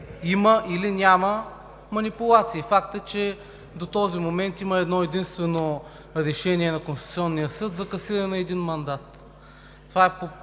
има, или няма манипулации. Факт е, че до този момент има едно-единствено решение на Конституционния съд за касиране на един мандат.